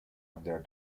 under